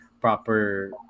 proper